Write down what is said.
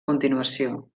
continuació